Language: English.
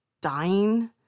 dying